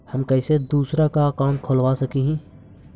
हम कैसे दूसरा का अकाउंट खोलबा सकी ही?